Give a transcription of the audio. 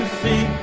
see